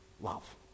love